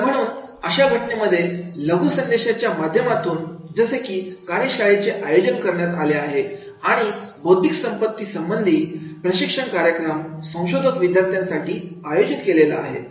तर म्हणून अशा घटनेमध्ये लघु संदेशाच्या माध्यमातून जसे की कार्यशाळेचे आयोजन करण्यात आले आहे आणि बौद्धिक संपत्ती संबंधी प्रशिक्षण कार्यक्रम संशोधक विद्यार्थ्यांसाठी आयोजित केलेला आहे